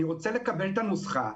אני רוצה לקבל את הנוסחה.